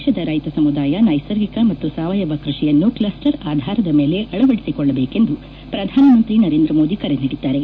ದೇಶದ ರೈತ ಸಮುದಾಯ ನೈಸರ್ಗಿಕ ಮತ್ತು ಸಾವಯವ ಕೃಷಿಯನ್ನು ಕ್ಷಸ್ಟರ್ ಆಧಾರದ ಮೇಲೆ ಅಳವಡಿಸಿಕೊಳ್ಳಬೇಕೆಂದು ಪ್ರಧಾನಮಂತ್ರಿ ನರೇಂದ್ರ ಮೋದಿ ಕರೆ ನೀಡಿದ್ದಾರೆ